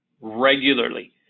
Regularly